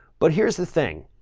but here's the thing.